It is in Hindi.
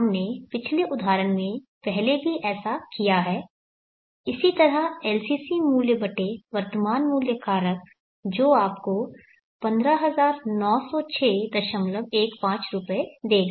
हमने पिछले उदाहरण में पहले भी ऐसा किया है इसी तरह LCC मूल्य बटे वर्तमान मूल्य कारक जो आपको 1590615 रुपये देगा